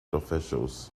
officials